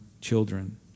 children